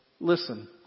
listen